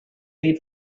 made